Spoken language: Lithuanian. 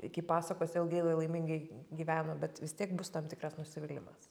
iki pasakos ilgai lai laimingai gyveno bet vis tiek bus tam tikras nusivylimas